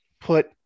put